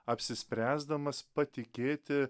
apsispręsdamas patikėti